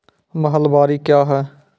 महलबाडी क्या हैं?